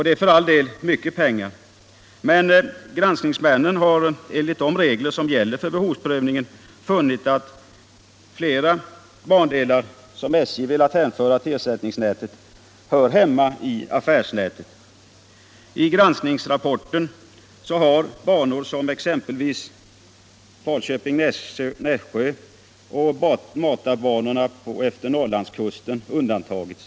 Det är för all del mycket pengar, men granskningsmännen har enligt de regler som gäller för behovsprövningen funnit att flera bandelar som SJ velat hänföra till ersättningsnätet hör hemma i affärsnätet. I granskningsrapporten har banor som exempelvis Falköping-Nässjö och matarbanorna efter Norrlandskusten undantagits.